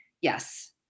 Yes